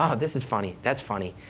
um this is funny. that's funny.